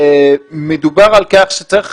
מדובר על כך שצריך